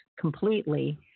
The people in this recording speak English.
completely